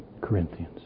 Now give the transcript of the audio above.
Corinthians